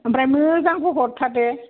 ओमफ्राय मोजांखौ हरथार दे